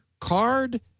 card